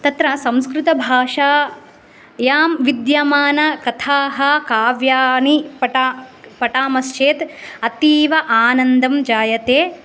तत्र संस्कृतभाषायां विद्यमानकथाः काव्यानि पटा पठामश्चेत् अतीव आनन्दं जायते